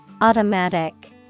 Automatic